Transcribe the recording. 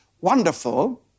wonderful